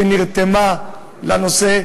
שנרתמה לנושא,